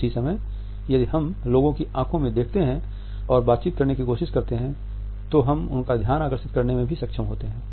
उसी समय यदि हम लोगों की आँखों में देखते हैं और बातचीत करने की कोशिश करते हैं तो हम उनका ध्यान आकर्षित करने में भी सक्षम होते हैं